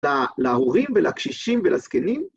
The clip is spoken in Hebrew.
‫להורים ולקשישים ולזקנים.